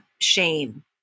Shame